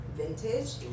Vintage